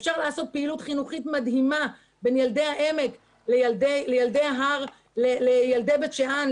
אפשר לעשות פעילות חינוכית מדהימה בין ילדי העמק לילדי בית שאן.